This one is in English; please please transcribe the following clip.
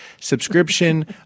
subscription